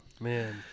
man